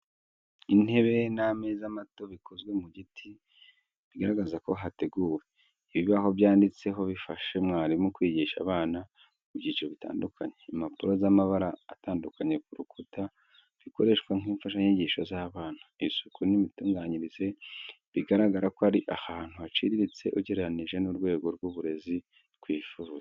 Intebe n'ameza mato bikozwe mu giti, bigaragaza ko hateguwe. Ibibaho byanditseho bifasha mwarimu kwigisha abana mu byiciro bitandukanye. Impapuro z’amabara atandukanye ku rukuta bikoreshwa nk'imfashanyigisho z’abana. Isuku n’imitunganyirize bigaragara ko ari ahantu haciriritse ugereranyije n'urwego rw'uburezi twifuza.